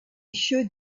should